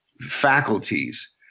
faculties